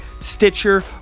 Stitcher